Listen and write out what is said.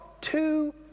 two